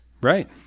right